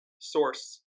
source